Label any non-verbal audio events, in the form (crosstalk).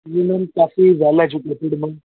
(unintelligible) well educated ਨੇ